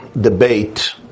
debate